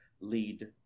lead